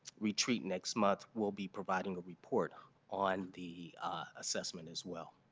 retreat next month will be providing a report on the assessment as well